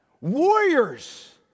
warriors